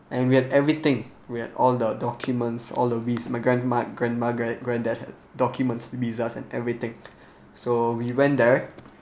and we have everything we had all the documents all of these my grand my grandma my grand granddad had documents visas and everything so we went there